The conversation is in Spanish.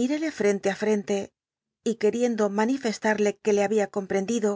iiéle ftentc á frente y qucjiendo manifestarle que le había com prendid o